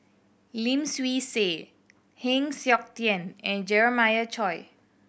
Lim Swee Say Heng Siok Tian and Jeremiah Choy